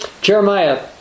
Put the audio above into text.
Jeremiah